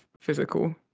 physical